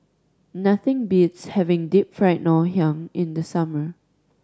nothing beats having Deep Fried Ngoh Hiang in the summer